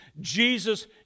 Jesus